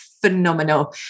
phenomenal